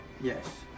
Yes